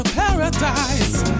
paradise